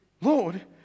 Lord